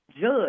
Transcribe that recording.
judge